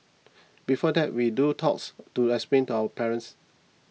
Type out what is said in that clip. before that we do talks to explain to our parents